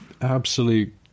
absolute